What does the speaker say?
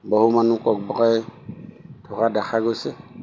বহু মানুহ কক বকাই থকা দেখা গৈছে